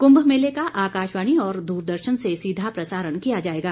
कुंभ मेले का आकाशवाणी और दूरदर्शन से सीधा प्रसारण किया जाएगा